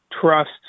trust